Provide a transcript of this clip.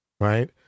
Right